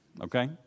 Okay